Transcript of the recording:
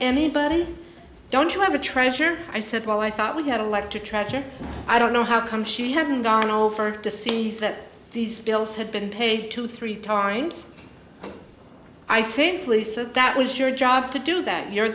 anybody don't you have a treasure i said well i thought we had a lot to tragic i don't know how come she hasn't gone over to see that these bills have been paid to three times i think lee said that was your job to do that you're